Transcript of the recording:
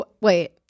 wait